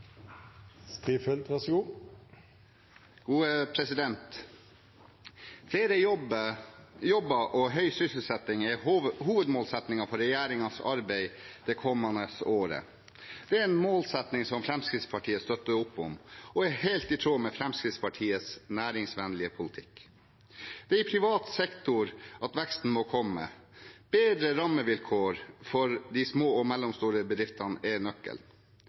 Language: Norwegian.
for regjeringens arbeid det kommende året. Det er en målsetting som Fremskrittspartiet støtter opp om, og er helt i tråd med Fremskrittspartiets næringsvennlige politikk. Det er i privat sektor at veksten må komme. Bedre rammevilkår for de små og mellomstore bedriftene er nøkkelen.